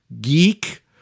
geek